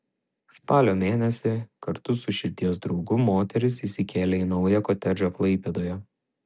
spalio mėnesį kartu su širdies draugu moteris įsikėlė į naują kotedžą klaipėdoje